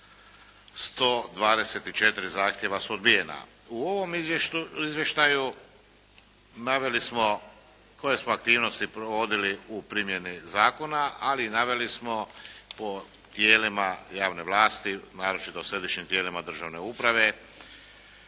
124 zahtjeva su odbijena. U ovom izvještaju naveli smo koje smo aktivnosti provodili u primjeni zakona, ali naveli smo po tijelima javne vlasti, naročito Središnjim tijelima državne uprave